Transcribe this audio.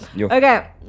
Okay